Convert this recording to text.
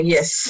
Yes